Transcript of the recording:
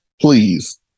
please